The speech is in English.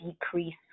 decrease